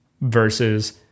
versus